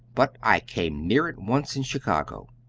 but i came near it once in chicago.